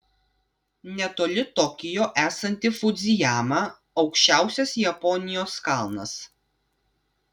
netoli tokijo esanti fudzijama aukščiausias japonijos kalnas